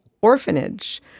Orphanage